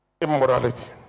immorality